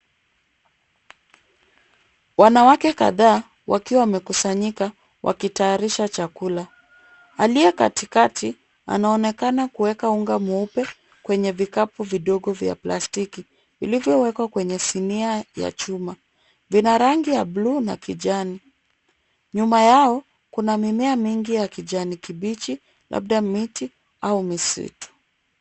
Wanawake kadhaa wakiwa wamekusanyika wakitayarisha chakula. Aliye katikati anaonekana kuweka unga mweupe kwenye vikapu vidogo vya plastiki vilivyowekwa kwenye sinia ya chuma. Vina rangi ya blue na kijani. Nyuma yao kuna mimea mingi ya kijani kibichi labda miti au misitu.